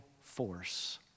force